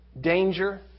danger